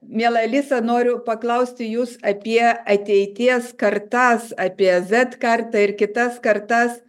miela alisa noriu paklausti jus apie ateities kartas apie z kartą ir kitas kartas